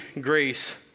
grace